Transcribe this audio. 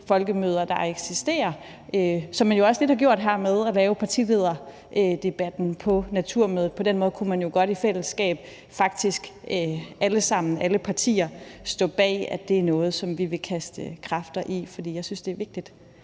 folkemøder, der eksisterer, ligesom man jo også lidt har gjort ved at lave partilederdebatten på Naturmødet. På den måde kunne man jo faktisk godt i fællesskab alle partier stå bag, at det er noget, som vi vil kaste kræfter i. For jeg synes, at det er vigtigt,